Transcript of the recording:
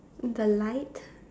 the light